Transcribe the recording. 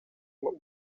mwuga